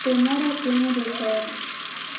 ତୁମର କେଉଁ ଦେଶ